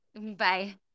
Bye